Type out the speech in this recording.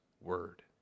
word